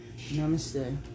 namaste